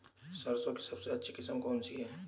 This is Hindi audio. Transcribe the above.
सरसों की सबसे अच्छी किस्म कौन सी है?